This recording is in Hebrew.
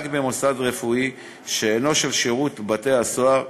במוסד רפואי שאינו של שירות בתי-הסוהר,